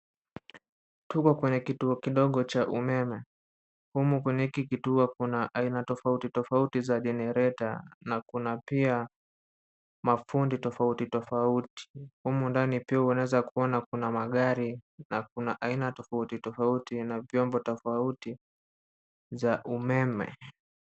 Tuko kwenye kituo kidogo cha umeme, humu kwenye hiki kituo kuna aina tofautitofauti za jenereta na kuna pia mafundi tofautitofauti. humu ndani pia unaweza kuona kuna magari na kuna aina tofautitofauti na vyombo tofauti za umeme.